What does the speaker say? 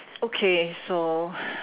okay so